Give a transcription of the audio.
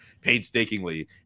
painstakingly